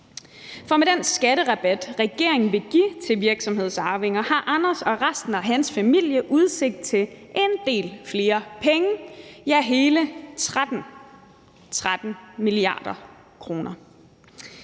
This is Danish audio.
For med den skatterabat, regeringen vil give til virksomhedsarvinger, har Anders og resten af hans familie udsigt til en del flere penge, ja, hele 13 mia. kr.